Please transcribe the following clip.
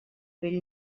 bell